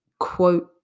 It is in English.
quote